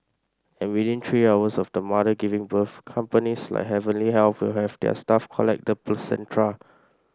and within three hours of the mother giving birth companies like Heavenly Health will have their staff collect the placenta